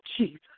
Jesus